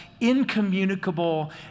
incommunicable